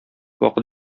вакыт